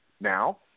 Now